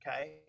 okay